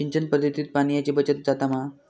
सिंचन पध्दतीत पाणयाची बचत जाता मा?